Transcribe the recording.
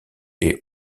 est